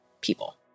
people